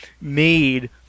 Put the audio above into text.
made